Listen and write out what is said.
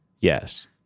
yes